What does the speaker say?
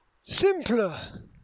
simpler